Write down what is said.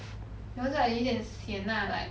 then 我就 like 有一点 sian lah like